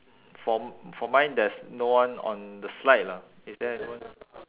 for m~ for mine there's no one on the slide lah is there anyone